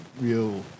real